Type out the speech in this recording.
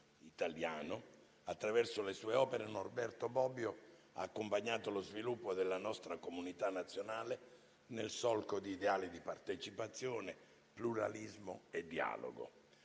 italiano, attraverso le sue opere Norberto Bobbio ha accompagnato lo sviluppo della nostra comunità nazionale, nel solco di ideali di partecipazione, pluralismo e dialogo.